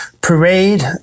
Parade